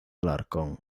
alarcón